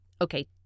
Okay